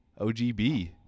ogb